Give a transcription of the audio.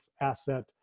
asset